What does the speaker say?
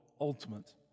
ultimate